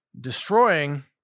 destroying